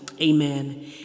amen